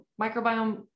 microbiome